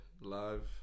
live